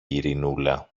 ειρηνούλα